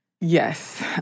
Yes